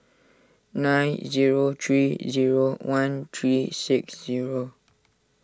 nine zero three zero one three six zero